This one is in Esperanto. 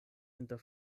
inter